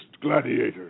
gladiator